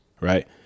Right